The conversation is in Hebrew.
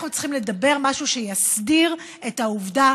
אנחנו צריכים לדבר משהו שיסדיר את העובדה